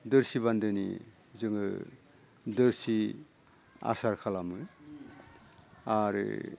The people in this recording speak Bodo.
दोरसि बान्दोनि जोङो दोरसि आसार खालामो आरो